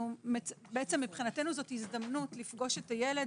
בעצם מבחינתנו זאת הזדמנות לפגוש את הילד